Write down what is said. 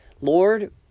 Lord